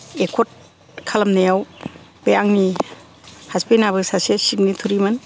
accord खालामनायाव बे आंनि हासबेनाबो सासे सिगनेतरिमोन